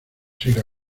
sido